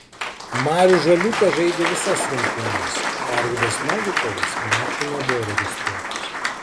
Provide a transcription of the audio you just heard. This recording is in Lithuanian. marius žaliūkas žaidė visas rungtynes o arvydas novikovas mačui nebuvo registruotas